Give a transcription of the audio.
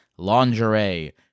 lingerie